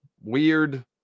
weird